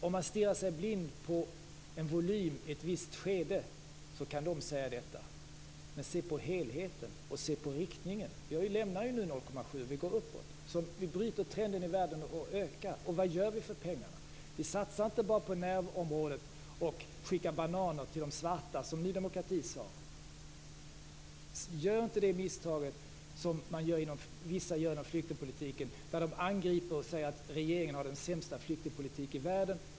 Om man stirrar sig blind på en volym i ett visst skede, så kan man säga detta. Men se på helheten och se på riktningen! Vi lämnar ju 0,7 % och ökar biståndet, så vi bryter trenden i världen. Och vad gör vi för pengarna? Vi satsar inte bara på närområdet, och vi skickar inte bananer till de svarta, som Ny demokrati sade. Gör inte det misstaget som vissa gör inom flyktingpolitiken, dvs. att angripa regeringen och säga att regeringen har den sämsta flyktingpolitiken i världen.